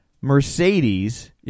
Mercedes